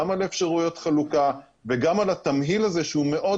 גם על אפשרויות חלוקה וגם על התמהיל הזה שהוא מאוד